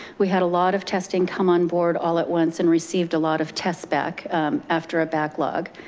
we had a lot of testing come on board all at once and received a lot of tests back after a backlog.